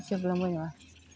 जोबलांबाय नामा